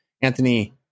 Anthony